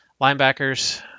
Linebackers